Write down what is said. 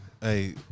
hey